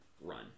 run